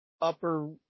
upper